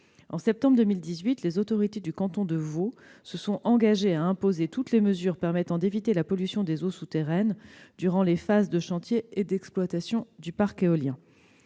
En septembre 2018, les autorités du canton de Vaud se sont engagées à imposer toutes les mesures permettant d'éviter la pollution des eaux souterraines durant les phases de chantier et d'exploitation du parc éolien.